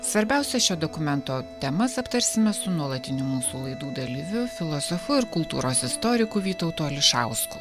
svarbiausias šio dokumento temas aptarsime su nuolatiniu mūsų laidų dalyviu filosofu ir kultūros istoriku vytautu ališausku